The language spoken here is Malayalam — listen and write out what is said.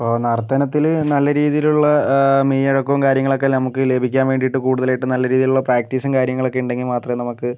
ഇപ്പോൾ നർത്തനത്തിൽ നല്ല രീതിയിലുള്ള മെയ് വഴക്കവും കാര്യങ്ങളൊക്കെ നമുക്ക് ലഭിക്കാൻ വേണ്ടിയിട്ട് കൂടുതലായിട്ടും നല്ല രീതിയിലുള്ള പ്രാക്റ്റീസും കാര്യങ്ങളൊക്കെ ഉണ്ടെങ്കിൽ മാത്രമേ നമുക്ക്